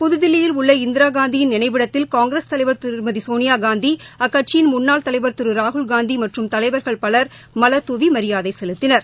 புதுதில்லியில் உள்ள இந்திராகாந்தியின் நினைவிடத்தில் காங்கிரஸ் தலைவர் திருமதிசோனியாகாந்தி அக்கட்சியின் முன்னாள் தலைவர் திருராகுல்காந்திமற்றும் தலைவர்கள் பலர் மலர்தூவிமரியாதைசெலுத்தினர்